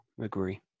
agree